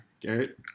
Garrett